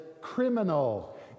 criminal